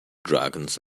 dragons